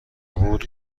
بود